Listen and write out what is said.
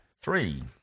three